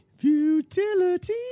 Futility